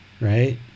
right